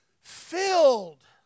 filled